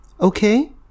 Okay